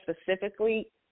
specifically